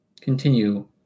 continue